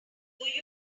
though